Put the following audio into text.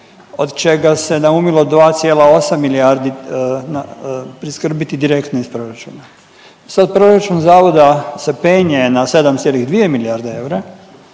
od čega se naumilo 2,8 milijardi priskrbiti direktno iz proračuna, sad proračun zavoda se penje na 7,2 milijarde eura